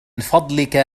فضلك